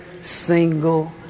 single